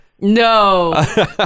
No